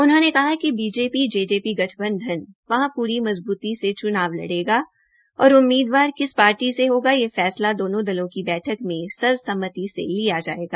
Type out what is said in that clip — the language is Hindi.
उन्होंने कहा कि बीजेपी जेजेपी गठबंधन वहां पूरी मज़बूती से च्नाव लड़ेगा और उम्मीदवार किस पार्टी का होगा यह फैसला दोनों दलों की बैठक मे सर्वसम्मति से लिया जायेगा